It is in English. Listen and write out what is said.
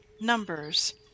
Numbers